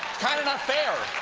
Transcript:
kind of not fair.